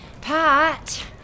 Pat